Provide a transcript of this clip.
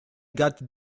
got